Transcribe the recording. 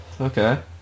Okay